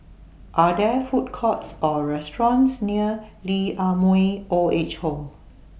Are There Food Courts Or restaurants near Lee Ah Mooi Old Age Home